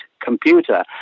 computer